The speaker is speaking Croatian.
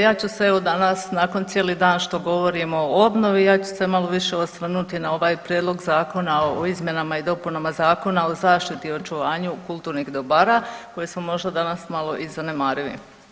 Ja ću se evo danas nakon cijeli dan što govorimo o obnovi ja ću se malo više osvrnuti na ovaj Prijedlog zakona o izmjenama i dopunama Zakona o zaštiti i očuvanju kulturnih dobara koje smo možda danas malo i zanemarili.